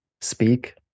speak